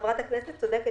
חברת הכנסת צודקת,